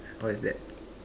what is that